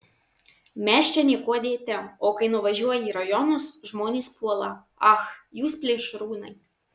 mes čia niekuo dėti o kai nuvažiuoji į rajonus žmonės puola ach jūs plėšrūnai